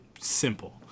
simple